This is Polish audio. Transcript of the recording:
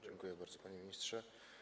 Dziękuję bardzo, panie ministrze.